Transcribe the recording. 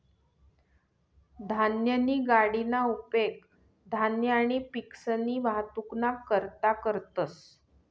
धान्यनी गाडीना उपेग धान्य आणि पिकसनी वाहतुकना करता करतंस